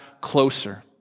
closer